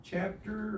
Chapter